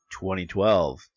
2012